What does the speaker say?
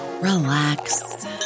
relax